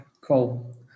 Cool